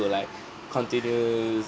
will like continues